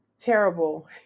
terrible